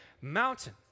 mountain